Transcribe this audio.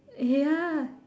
ya